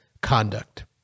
conduct